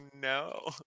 no